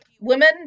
Women